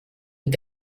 mit